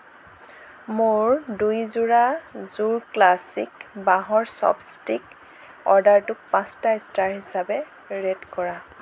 মোৰ দুই যোৰা যোৰ ক্লাছিক বাঁহৰ চপষ্টিক অৰ্ডাৰটোক পাঁচটা ষ্টাৰ হিচাপে ৰে'ট কৰা